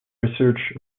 research